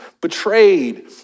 betrayed